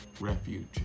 Refuge